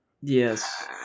Yes